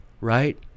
right